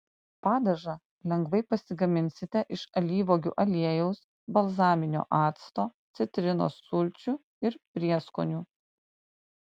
padažą lengvai pasigaminsite iš alyvuogių aliejaus balzaminio acto citrinos sulčių ir prieskonių